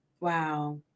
Wow